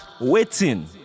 waiting